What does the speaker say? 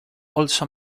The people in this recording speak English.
also